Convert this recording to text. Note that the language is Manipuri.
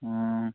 ꯑꯣ